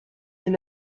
est